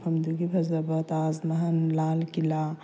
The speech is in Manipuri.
ꯃꯐꯝꯗꯨꯒꯤ ꯐꯖꯕ ꯇꯥꯖ ꯃꯍꯜ ꯂꯥꯜ ꯀꯤꯂꯥ